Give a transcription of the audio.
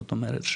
זאת אומרת,